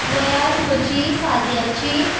वयांत म्हजी सद्याची